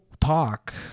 talk